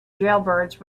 jailbirds